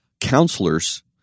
counselors